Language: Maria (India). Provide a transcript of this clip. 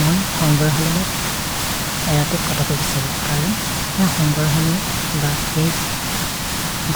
मए होन्गर्हलोलोत् एरते कत पपिसरु। करन् हेअ होन्गर्हलोलोत् ब हेइ